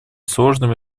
сложным